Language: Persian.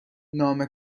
نام